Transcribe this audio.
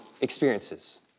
experiences